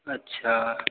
अच्छा